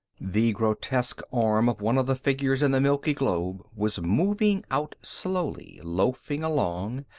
the grotesque arm of one of the figures in the milky globe was moving out slowly, loafing along,